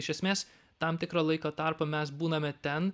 iš esmės tam tikrą laiko tarpą mes būname ten